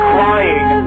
Crying